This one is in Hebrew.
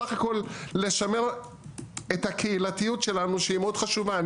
בסך הכל לשמר את הקהילתיות שלנו שהיא מאוד חשובה.